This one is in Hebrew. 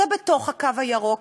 זה בתוך הקו הירוק,